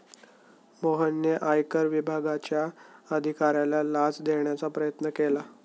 मोहनने आयकर विभागाच्या अधिकाऱ्याला लाच देण्याचा प्रयत्न केला